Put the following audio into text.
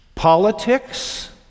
politics